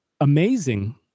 amazing